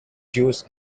juice